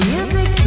Music